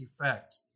effect